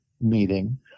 meeting